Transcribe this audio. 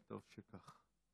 טוב שכך.